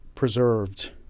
preserved